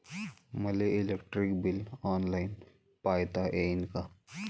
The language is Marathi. मले इलेक्ट्रिक बिल ऑनलाईन पायता येईन का?